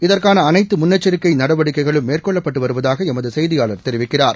இதற்கான அனைத்து முன்னெச்சிக்கை நடவடிக்கைகளும் மேற்கொள்ளப்பட்டு வருவதாக எமது செய்தியாளர் தெரிவிக்கிறார்